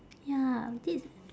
ya that's